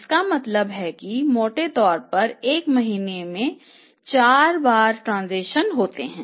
इसका मतलब है कि मोटे तौर पर एक महीने में 4 लेनदेन होते हैं